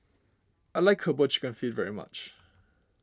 I like Herbal Chicken Feet very much